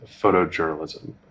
photojournalism